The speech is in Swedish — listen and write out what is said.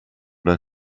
dig